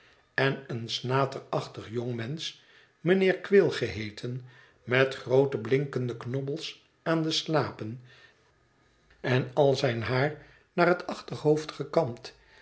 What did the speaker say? en een snaterachtig jongmensch mijnheer quale geheeten met groote blinkende knobbels aan de slapen en af zijn haar naar het achterhoofd gekamd